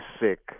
sick